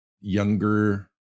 younger